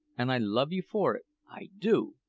and i love you for it i do!